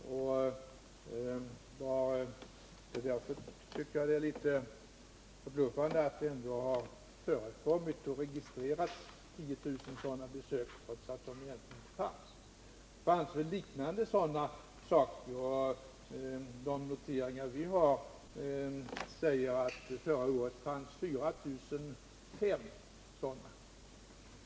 Därför tycker jag att det är litet förbluffande att det har registrerats 10 000 sådana besök. Det fanns liknande åtgärder — de noteringar vi har säger att det förra året vidtogs 4005 sådana.